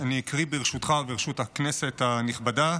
אני אקריא, ברשותך וברשות הכנסת הנכבדה,